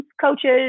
coaches